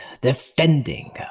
defending